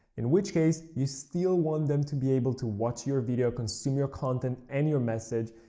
in which case, you still want them to be able to watch your video, consume your content and your message,